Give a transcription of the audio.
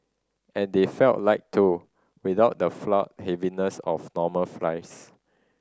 and they felt light too without the floury heaviness of normal fries